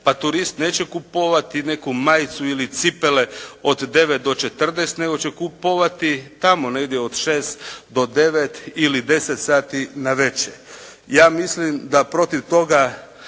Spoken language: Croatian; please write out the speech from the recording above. Pa turisti neće kupovati neku majicu ili cipele od 9 do 14 nego će kupovati tamo negdje od 6 do 9 ili 10 sati navečer. Ja mislim da protiv toga